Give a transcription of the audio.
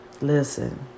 Listen